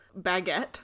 baguette